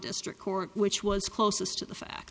district court which was closest to the fact